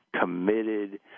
committed